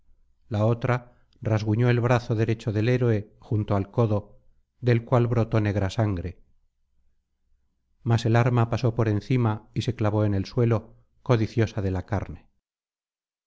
la otra rasguñó el brazo derecho del héroe junto al codo del cual brotó negra sangre mas el arma pasó por encima y se clavó en el suelo codiciosa déla carne